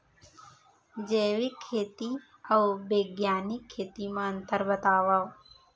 जैविक खेती अऊ बैग्यानिक खेती म अंतर बतावा?